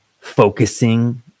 focusing